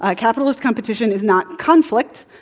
ah capitalist competition is not conflict.